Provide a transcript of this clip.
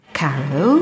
caro